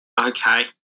Okay